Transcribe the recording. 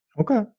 Okay